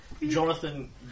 Jonathan